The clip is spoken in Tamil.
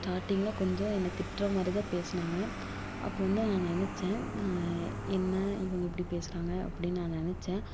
ஸ்டார்ட்டிங்கில் கொஞ்சம் என்னை திட்டுற மாதிரிதான் பேசினாங்க அப்போ வந்து நான் நினைச்சேன் என்ன இவங்க இப்படி பேசுகிறாங்க அப்படி நான் நினைச்சேன்